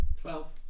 Twelve